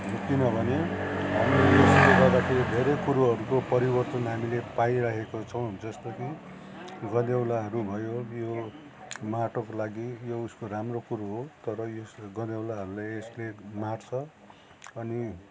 किनभने हाम्रो यसले गर्दाखेरि धेरै कुरोहरूको परिवर्तन हामीले पाइरहेको छौँ जस्तो कि गड्यौलाहरू भयो यो माटोको लागि यो उसको राम्रो कुरो हो तर यस्ले गड्योलाहरूलाई यसले मार्छ अनि